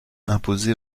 imposé